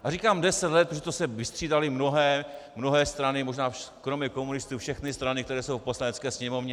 A říkám deset let, protože to se vystřídaly mnohé strany, možná kromě komunistů všechny strany, které jsou v Poslanecké sněmovně.